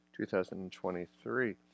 2023